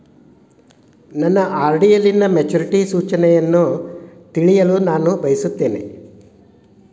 ನನ್ನ ಆರ್.ಡಿ ಯಲ್ಲಿನ ಮೆಚುರಿಟಿ ಸೂಚನೆಯನ್ನು ತಿಳಿಯಲು ನಾನು ಬಯಸುತ್ತೇನೆ